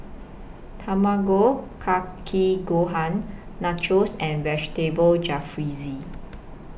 Tamago Kake Gohan Nachos and Vegetable Jalfrezi